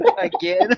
Again